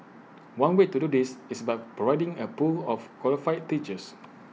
one way to do this is by providing A pool of qualified teachers